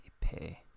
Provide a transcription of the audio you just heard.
pay